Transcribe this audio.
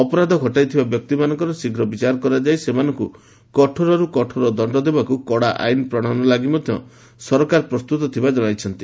ଅପରାଧ ଘଟାଇଥିବା ବ୍ୟକ୍ତିମାନଙ୍କର ଶୀଘ୍ର ବିଚାର କରାଯାଇ ସେମାନଙ୍କୁ କଠୋରରୁ କଠୋର ଦଣ୍ଡ ଦେବାକୁ କଡ଼ା ଆଇନ୍ ପ୍ରଣୟନ ଲାଗି ମଧ୍ୟ ସରକାର ପ୍ରସ୍ତତ ଥିବାର ଜଣାଇଛନ୍ତି